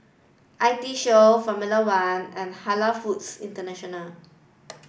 I T Show Formula One and Halal Foods International